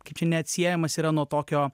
kaip čia neatsiejamas yra nuo tokio